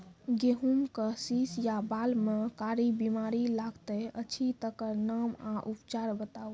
गेहूँमक शीश या बाल म कारी बीमारी लागतै अछि तकर नाम आ उपचार बताउ?